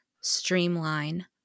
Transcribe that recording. streamline